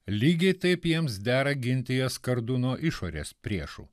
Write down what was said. lygiai taip jiems dera ginti jas kardu nuo išorės priešų